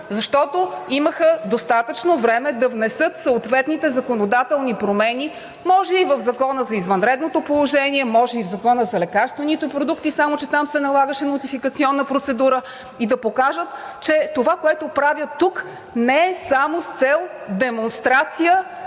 защото имаха достатъчно време да внесат съответните законодателни промени – може и в Закона за извънредното положение, може и в Закона за лекарствените продукти, макар че там се налагаше нотификационна процедура, и да покажат, че това, което правят тук, не е само с цел демонстрация